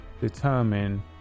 determine